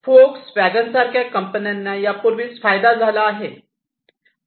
फोक्सवॅगनसारख्या कंपन्यांना यापूर्वीच फायदा झाला आहे